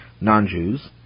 non-Jews